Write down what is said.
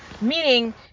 meaning